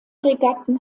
regatten